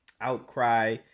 outcry